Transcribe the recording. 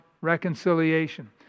reconciliation